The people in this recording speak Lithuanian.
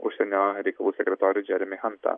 užsienio reikalų sekretorių džeremį hantą